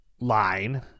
line